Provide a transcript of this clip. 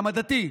גם הדתי,